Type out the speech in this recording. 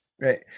Right